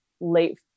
late